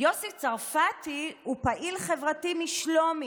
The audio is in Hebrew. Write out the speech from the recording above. יוסי צרפתי הוא פעיל חברתי משלומי,